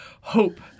hope